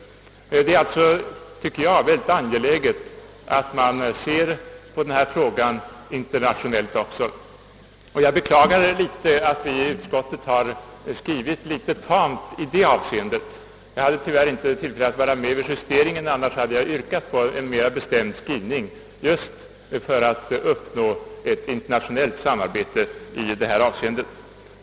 Det är alltså mycket angeläget att denna fråga tas upp också internationellt. Jag beklagar att utskottet skrivit litet tamt i det avseendet. Jag hade tyvärr inte tillfälle att vara med vid justeringen, annars hade jag yrkat på en mera bestämd skrivning i syfte att uppnå ett internationellt samarbete i denna fråga.